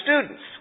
students